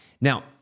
now